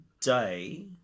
day